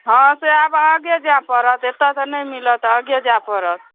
हँ से आब आगे जाय पड़त एतय तऽ नहि मिलत आगे जाय पड़त